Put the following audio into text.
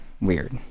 weird